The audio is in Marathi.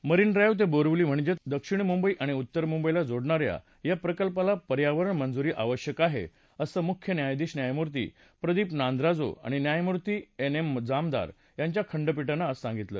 मरीन ड्राईव्ह ते बोरीवली म्हणजेच दक्षिण मुंबई आणि उत्तर मुंबईला जोडणा या या प्रकल्पाला पर्यावरण मंजुरी आवश्यक आहे असं मुख्य न्यायाधीश न्यायमूर्ती प्रदीप नांद्राजो आणि न्यायमूर्ती एन एम जामदार यांच्या खंडपीठानं सांगितलं